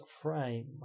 frame